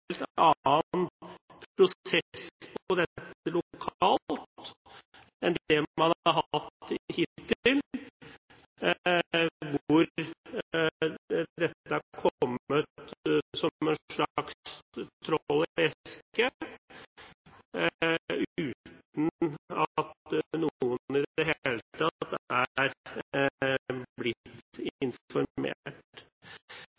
annen prosess på dette lokalt enn det man har hatt hittil, hvor dette er kommet som et slags troll i eske uten at noen i det hele tatt er blitt